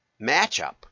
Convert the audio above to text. matchup